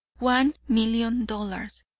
one million dollars!